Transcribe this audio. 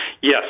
yes